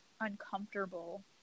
uncomfortable